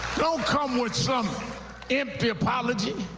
don't come with some empty apology.